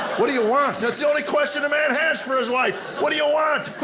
what do you want? that's the only question a man has for his wife, what do you want?